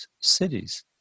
cities